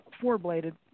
four-bladed